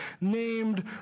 named